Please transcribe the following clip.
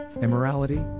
immorality